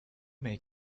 may